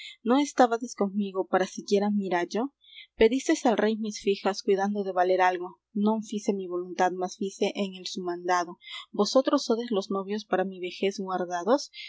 non estábades conmigo para siquiera mirallo pedisteis al rey mis fijas cuidando de valer algo non fice mi voluntad mas fice en el su mandado vosotros sodes los novios para mi vejez guardados